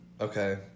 okay